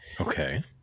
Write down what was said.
Okay